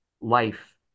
life